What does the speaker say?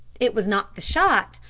it was not the shot,